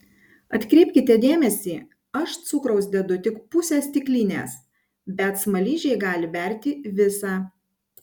atkreipkite dėmesį aš cukraus dedu tik pusę stiklinės bet smaližiai gali berti visą